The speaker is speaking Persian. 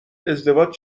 ازدواج